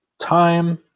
time